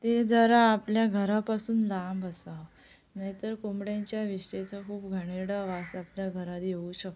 ते जरा आपल्या घरापासून लांब असावं नाही तर कोंबड्यांच्या विष्ठेचा खूप घाणेरडा वास आपल्या घरात येऊ शकतो